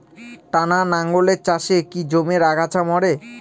টানা লাঙ্গলের চাষে কি জমির আগাছা মরে?